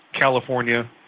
California